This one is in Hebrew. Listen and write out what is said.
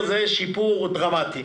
זה שיפור דרמטי.